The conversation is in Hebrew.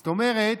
זאת אומרת,